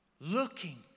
Looking